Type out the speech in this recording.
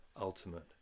ultimate